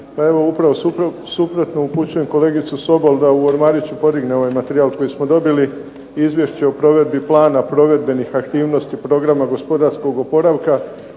Pa evo upravo suprotno. Upućujem kolegicu Sobol da u ormariću podigne ovaj materijal koji smo dobili Izvješće oi provedbi plana provedbenih aktivnosti Programa gospodarskog oporavka